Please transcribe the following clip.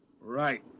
Right